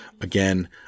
Again